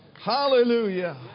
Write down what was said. Hallelujah